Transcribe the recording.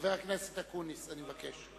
חבר הכנסת אקוניס, אני מבקש.